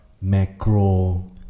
macro